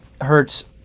Hurts